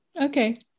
Okay